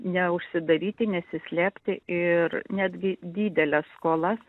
neužsidaryti nesislėpti ir netgi dideles skolas